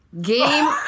game